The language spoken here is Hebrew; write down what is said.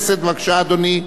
הנני מתכבד להודיעכם,